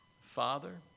Father